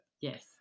yes